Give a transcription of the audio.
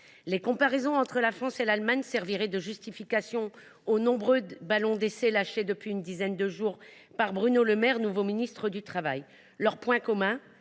La comparaison entre la France et l’Allemagne sert de justification aux nombreux ballons d’essai lâchés depuis une dizaine de jours par Bruno Le Maire, nouveau ministre du travail… Leur point commun,